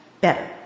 better